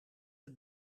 het